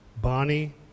Bonnie